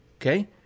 Okay